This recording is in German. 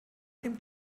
dem